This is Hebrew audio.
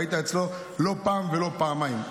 והיית אצלו לא פעם ולא פעמיים.